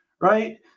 right